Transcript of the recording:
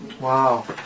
Wow